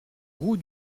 route